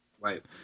Right